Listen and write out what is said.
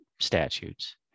statutes